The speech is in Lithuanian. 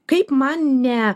kaip man ne